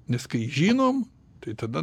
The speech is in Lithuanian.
nes kai žinom tai tada